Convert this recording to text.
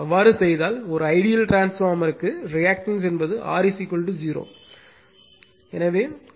அவ்வாறு செய்தால் ஒரு ஐடியல் டிரான்ஸ்பார்மர்க்கு ரியாக்டன்ஸ் என்பது R 0